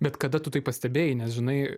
bet kada tu tai pastebėjai nes žinai